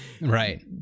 Right